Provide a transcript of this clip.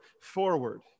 forward